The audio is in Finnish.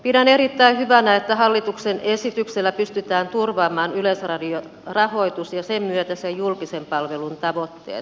pidän erittäin hyvänä että hallituksen esityksellä pystytään turvaamaan yleisradion rahoitus ja sen myötä julkisen palvelun tavoitteet